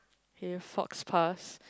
here folks task